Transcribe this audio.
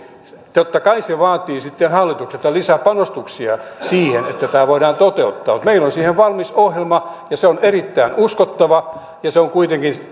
totta kai se vaatii sitten hallitukselta lisäpanostuksia siihen että tämä voidaan toteuttaa mutta meillä on siihen valmis ohjelma ja se on erittäin uskottava on kuitenkin